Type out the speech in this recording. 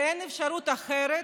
ואין אפשרות אחרת,